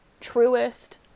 truest